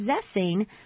possessing